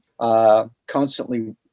constantly